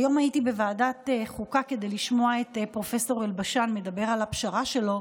היום הייתי בוועדת החוקה כדי לשמוע את פרופ' אלבשן מדבר על הפשרה שלו.